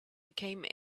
became